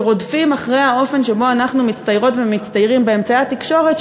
שרודפות אחרי האופן שבו אנחנו מצטיירות ומצטיירים באמצעי התקשורת,